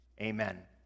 Amen